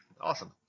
Awesome